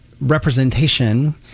representation